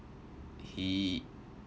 he